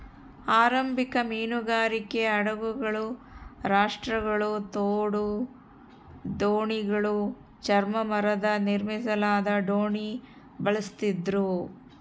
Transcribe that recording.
ಆರಂಭಿಕ ಮೀನುಗಾರಿಕೆ ಹಡಗುಗಳು ರಾಫ್ಟ್ಗಳು ತೋಡು ದೋಣಿಗಳು ಚರ್ಮ ಮರದ ನಿರ್ಮಿಸಲಾದ ದೋಣಿ ಬಳಸ್ತಿದ್ರು